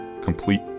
complete